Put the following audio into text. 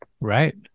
right